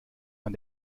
man